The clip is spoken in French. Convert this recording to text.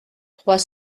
trois